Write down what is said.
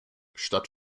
statt